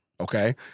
Okay